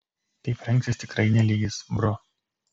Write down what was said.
taip rengtis tikrai ne lygis bro